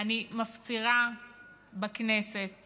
אני מפצירה בכנסת